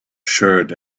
shirt